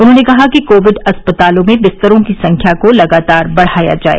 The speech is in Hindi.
उन्होंने कहा कि कोविड अस्पतालों में बिस्तरों की संख्या को लगातार बढ़ाया जाए